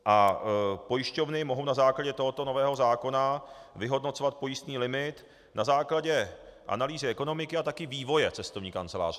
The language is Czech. A pojišťovny mohou na základě tohoto nového zákona vyhodnocovat pojistný limit na základě analýzy ekonomiky a také vývoje cestovní kanceláře.